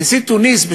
נשיא תוניסיה,